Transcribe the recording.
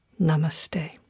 Namaste